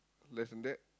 less than that